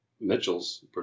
Mitchell's